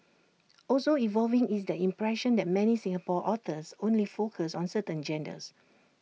also evolving is the impression that many Singapore authors only focus on certain genres